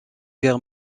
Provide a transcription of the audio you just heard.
guerre